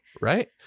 Right